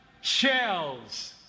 shells